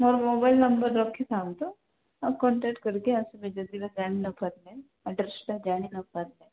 ମୋର mobile number ରଖିଥାଆନ୍ତୁ ଆଉ କଣ୍ଟାକ୍ଟ୍ କରିକି ଆସିବେ ଯଦି ବା ଜାଣି ନ ପାରବେ ଯଦି ଆଡ୍ରେସେ୍ଟା ଜାଣି ନ ପାରବେ